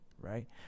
right